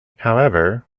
however